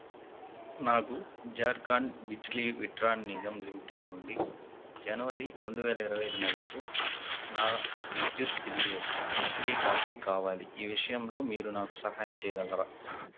నాకు ఝార్ఖండ్ బిజ్లీ విట్రాన్ నిగమ్ లిమిటెడ్ నుండి జనవరి రెండు వేల ఇరవై ఐదు నెలకు నా విద్యుత్ బిల్లు యొక్క నకిలీ కాపీ కావాలి ఈ విషయంలో మీరు నాకు సహాయం చేయగలరా